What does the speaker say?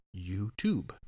YouTube